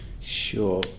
Sure